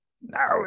no